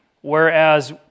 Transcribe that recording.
Whereas